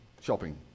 Shopping